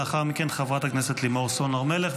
לאחר מכן חברת הכנסת לימור סון הר מלך,